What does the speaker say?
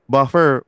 Buffer